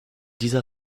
dieser